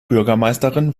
bürgermeisterin